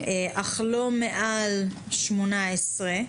אך לא מעל 18,